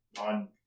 on